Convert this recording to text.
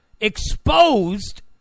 exposed